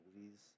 movies